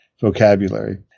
vocabulary